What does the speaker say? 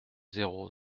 zéro